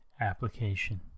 Application